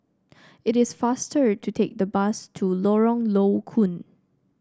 it is faster to take the bus to Lorong Low Koon